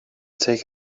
take